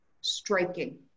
striking